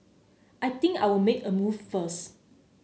I think I'll make a move first